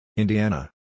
Indiana